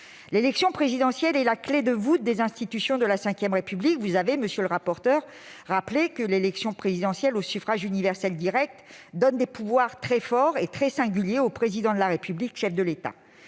L'élection présidentielle est la clé de voûte des institutions de la V République. Vous avez rappelé, monsieur le rapporteur, que l'élection présidentielle au suffrage universel direct donne des pouvoirs très forts et très singuliers au Président de la République, chef de l'État.